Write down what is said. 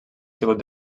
sigut